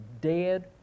dead